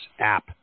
app